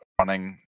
running